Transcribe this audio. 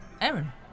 Aaron